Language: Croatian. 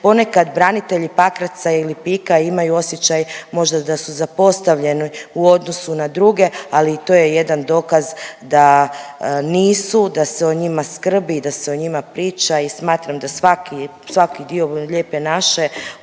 ponekad branitelji Pakraca i Lipika imaju osjećaj možda da su zapostavljeni u odnosu na druge, ali i to je jedan dokaz da nisu, da se o njima skrbi i da se o njima priča i smatram da svaki, svaki dio